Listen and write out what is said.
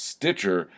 Stitcher